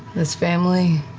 this family,